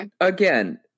again